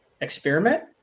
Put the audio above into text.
experiment